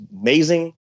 amazing